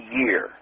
year